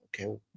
Okay